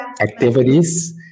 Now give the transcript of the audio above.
activities